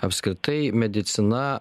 apskritai medicina